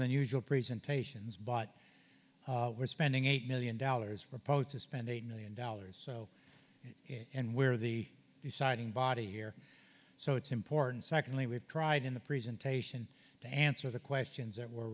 but we're spending eight million dollars proposed to spend eight million dollars so and where the deciding body here so it's important secondly we've tried in the presentation to answer the questions that were